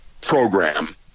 program